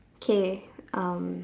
okay um